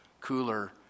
cooler